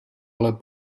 ale